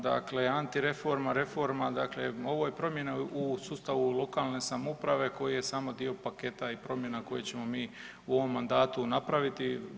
Dakle, antireforma, reforma ovo je promjena u sustavu lokalne samouprave koji je samo dio paketa i promjena koje ćemo mi u ovom mandatu napraviti.